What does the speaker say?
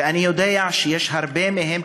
ואני יודע שהרבה מהן,